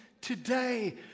today